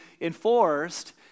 enforced